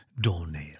doornail